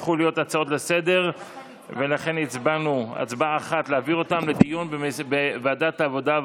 להצעה לסדר-היום ולהעביר את הנושא לוועדת העבודה,